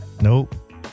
Nope